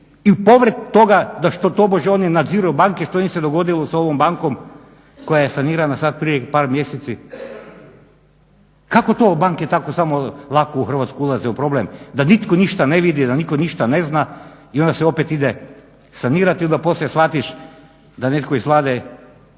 i povrh toga što tobože oni nadziru, banke, što im se dogodilo sa ovom bankom koja je sanirana sad prije par mjeseci. Kako to banke tako samo lako u Hrvatsku ulaze u problem da nitko ništa ne vidi, da nitko ništa ne zna i onda se opet ide sanirati i onda poslije shvatiš da netko ih Vlade